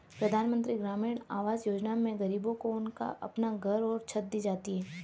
प्रधानमंत्री ग्रामीण आवास योजना में गरीबों को उनका अपना घर और छत दी जाती है